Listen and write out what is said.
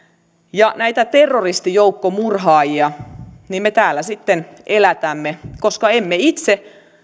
ja näitä terroristijoukkomurhaajia me täällä sitten elätämme koska emme itse